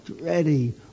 ready